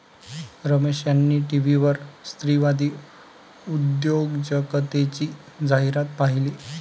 रमेश यांनी टीव्हीवर स्त्रीवादी उद्योजकतेची जाहिरात पाहिली